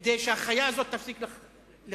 כדי שהחיה הזאת תפסיק לחיות.